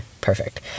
perfect